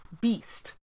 beast